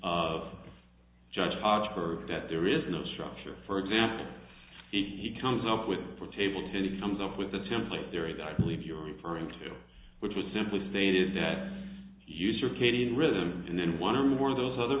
of judge her that there is no structure for example he comes up with for table tennis comes up with the template theory that leap you're referring to which was simply stated that you circadian rhythm and then one or more of those other